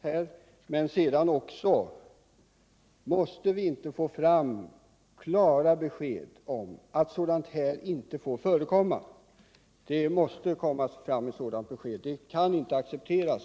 För det andra måste vi få fram klara besked om att sådant inte skall få förekomma. En sådan diskriminering som det här gäller kan inte accepteras.